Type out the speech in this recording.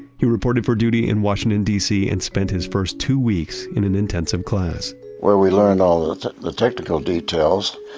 he reported for duty in washington dc and spent his first two weeks in an intensive class where we learned all the technical details,